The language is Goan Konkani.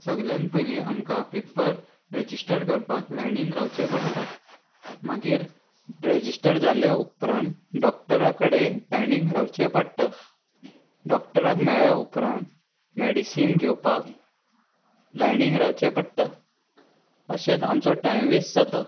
सगल्यान पयलीं आमकां पेपर रेजिस्टर करपाक लायनीन रावचें पडटा मागीर रेजिस्टर जाले उपरांत डॉक्टरा कडेन लायनीन रावचें पडटा डॉक्टराक मेळ्ळ्या उपरांत मेडिसीन घेवपाक लायनीन रावचें पडटा अशेंच आमचो टायम वेस्ट जाता